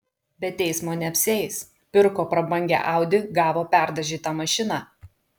be teismo neapsieis pirko prabangią audi gavo perdažytą mašiną